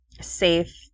safe